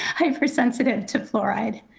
hypersensitive to fluoride.